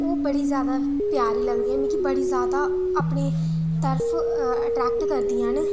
ओह् बड़ी ज्यादा प्यारी लगदी न मिगी बड़ी ज्यादा अपनी तरफ अटरैक्ट करदी न